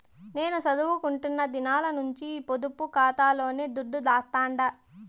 నేను సదువుకుంటున్న దినాల నుంచి పొదుపు కాతాలోనే దుడ్డు దాస్తండా